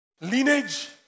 lineage